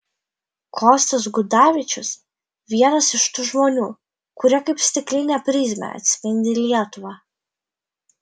kostas gudavičius vienas iš tų žmonių kurie kaip stiklinė prizmė atspindi lietuvą